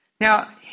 Now